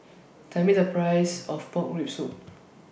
Tell Me The Price of Pork Rib Soup